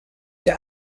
der